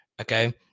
okay